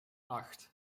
acht